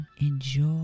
enjoy